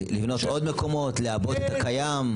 לבנות עוד מקומות, לעבות את הקיים?